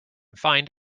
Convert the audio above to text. find